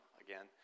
again